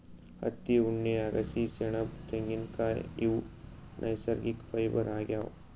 ಹತ್ತಿ ಉಣ್ಣೆ ಅಗಸಿ ಸೆಣಬ್ ತೆಂಗಿನ್ಕಾಯ್ ಇವ್ ನೈಸರ್ಗಿಕ್ ಫೈಬರ್ ಆಗ್ಯಾವ್